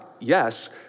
Yes